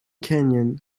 canyon